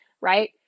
right